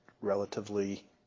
relatively